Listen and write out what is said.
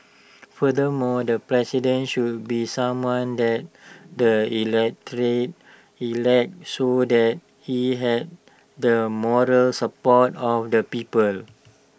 furthermore the president should be someone that the electorate elects so that he has the model support of the people